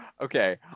Okay